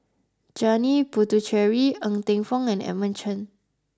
Janil Puthucheary Ng Teng Fong and Edmund Chen